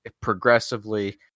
progressively